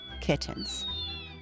kittens